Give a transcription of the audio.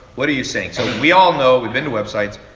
what are you saying? so, we all know, we've been to websites,